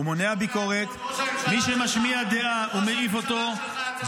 הוא מונע ביקורת -- הראשון היה צריך להיות ראש הממשלה שלך,